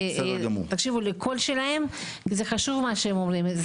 זה חשוב מה שהם אומרים,